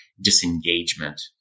disengagement